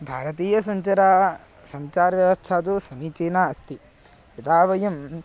भारतीयसञ्चारः सञ्चारव्यवस्था तु समीचीना अस्ति यदा वयं